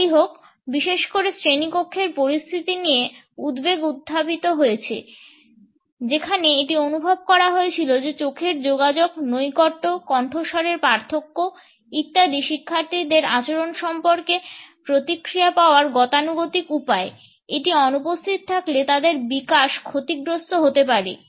যাইহোক বিশেষ করে শ্রেণিকক্ষের পরিস্থিতি নিয়ে উদ্বেগ উত্থাপিত হয়েছে যেখানে এটি অনুভব করা হয়েছিল যে চোখের যোগাযোগ নৈকট্য কণ্ঠস্বরের পার্থক্য ইত্যাদি শিক্ষার্থীদের আচরণ সম্পর্কে প্রতিক্রিয়া পাওয়ার গতানুগতিক উপায় এটি অনুপস্থিত থাকলে তাদের বিকাশ ক্ষতিগ্রস্ত হতে পারে